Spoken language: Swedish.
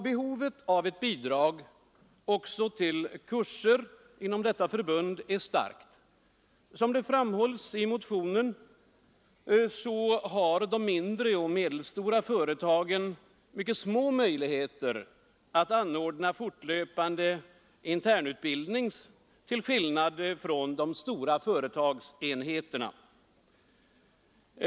Behovet av ett bidrag också till kurser inom detta förbund är starkt. Som framhålles i motionerna har de mindre och medelstora företagen till skillnad från de stora företagsenheterna mycket små möjligheter att anordna fortlöpande internutbildning.